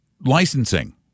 licensing